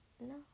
No